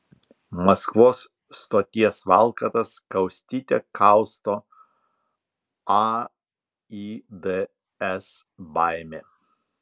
maskvos stoties valkatas kaustyte kausto aids baimė